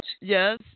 Yes